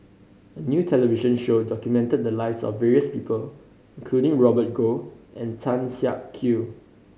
a new television show documented the lives of various people including Robert Goh and Tan Siak Kew